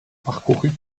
parcourue